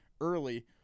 early